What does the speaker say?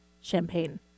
champagne